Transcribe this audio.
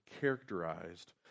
characterized